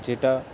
যেটা